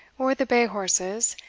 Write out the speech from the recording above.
or the bay horses,